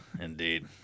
indeed